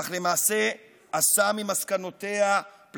אך למעשה עשה פלסתר את מסקנותיה.